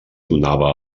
donava